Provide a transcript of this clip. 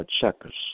Checkers